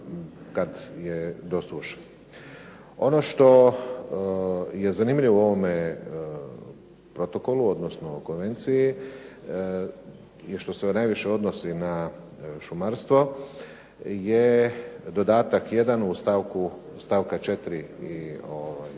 kad je do suše. Ono što je zanimljivo u ovome protokolu, odnosno konvenciji i što se najviše odnosi na šumarstvo je dodatak jedan stavka 4.,